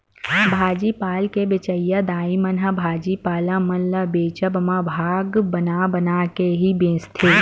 भाजी पाल के बेंचइया दाई मन ह भाजी पाला मन ल बेंचब म भाग बना बना के ही बेंचथे